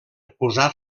posar